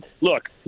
look